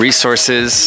resources